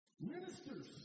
Ministers